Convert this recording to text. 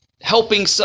helping